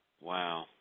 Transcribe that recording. Wow